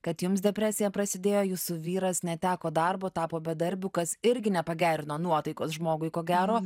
kad jums depresija prasidėjo jūsų vyras neteko darbo tapo bedarbiu kas irgi nepagerino nuotaikos žmogui ko gero